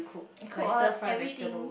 cook all everything